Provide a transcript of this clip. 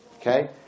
okay